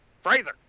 Fraser